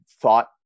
thought